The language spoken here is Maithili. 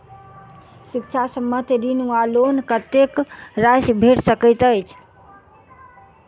शिक्षा संबंधित ऋण वा लोन कत्तेक राशि भेट सकैत अछि?